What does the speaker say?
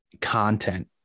content